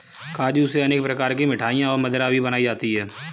काजू से अनेक प्रकार की मिठाईयाँ और मदिरा भी बनाई जाती है